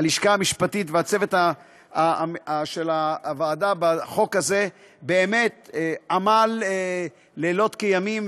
הלשכה המשפטית והצוות של הוועדה באמת עמלו לילות כימים,